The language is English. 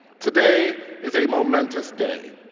today is a momentous day.